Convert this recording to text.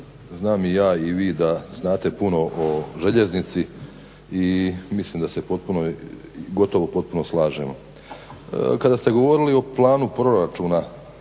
znam i ja i vi da znate puno o željeznici i mislim da se gotovo potpuno slažemo. Kada ste govorili o planu proračuna